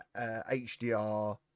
HDR